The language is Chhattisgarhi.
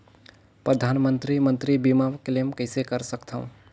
परधानमंतरी मंतरी बीमा क्लेम कइसे कर सकथव?